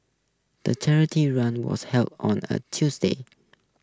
the charity run was held on a Tuesday